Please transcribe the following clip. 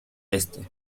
este